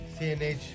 CNH